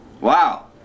Wow